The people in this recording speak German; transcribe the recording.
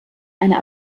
einer